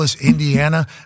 Indiana